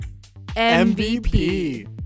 MVP